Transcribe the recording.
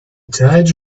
tide